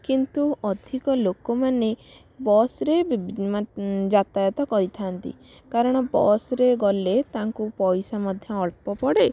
କିନ୍ତୁ ଅଧିକ ଲୋକମାନେ ବସରେ ଯାତାୟତ କରିଥାନ୍ତି କାରଣ ବସରେ ଗଲେ ତାଙ୍କୁ ପଇସା ମଧ୍ୟ ଅଳ୍ପ ପଡ଼େ